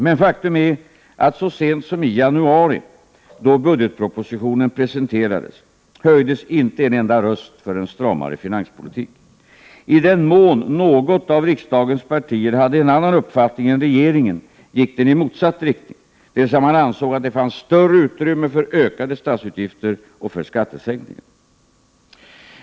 Men faktum är att så sent som i januari, då budgetpropositionen presenterades, höjdes inte en enda röst för en stramare finanspolitik. I den mån något av riksdagens partier hade en annan uppfattning än regeringen gick den i motsatt riktning, dvs. man ansåg att det fanns större utrymme för ökade statsutgifter och skattesänkningar.